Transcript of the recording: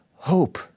Hope